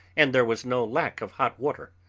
and there was no lack of hot water.